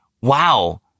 wow